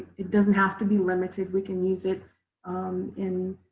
it doesn't have to be limited, we can use it in